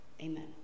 Amen